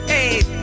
Hey